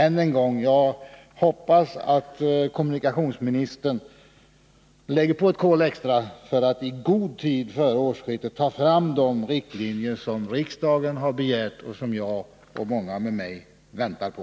Än en gång: Jag hoppas att kommunikationsministern lägger på ett kol extra för att i god tid före årsskiftet ta fram de riktlinjer som riksdagen begärt och som jag och många med mig väntar på.